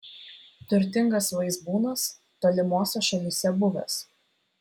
turtingas vaizbūnas tolimose šalyse buvęs